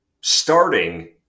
starting